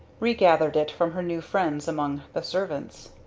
regathered it from her new friends among the servants.